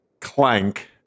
clank